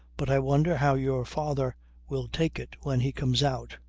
but i wonder how your father will take it when he comes out.